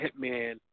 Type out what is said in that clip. Hitman